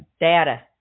data